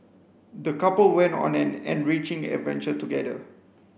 the couple went on an enriching adventure together